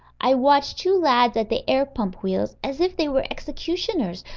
i watched two lads at the air-pump wheels as if they were executioners,